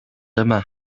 yma